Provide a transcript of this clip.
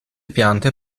piante